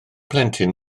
plentyn